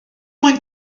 moyn